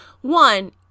one